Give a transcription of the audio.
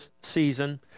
season